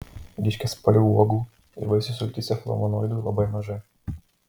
ryškiaspalvių uogų ir vaisių sultyse flavonoidų labai mažai